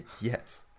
Yes